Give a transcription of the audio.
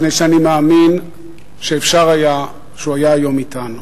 מפני שאני מאמין שאפשר היה שהוא היה היום אתנו.